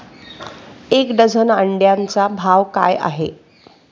एक डझन अंड्यांचा भाव काय आहे?